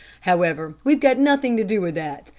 however, we've got nothing to do with that.